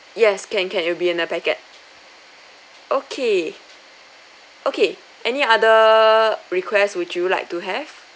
yes can can it will be in a packet okay okay any other request would you like to have